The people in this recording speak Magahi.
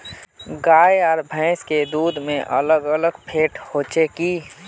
गाय आर भैंस के दूध में अलग अलग फेट होचे की?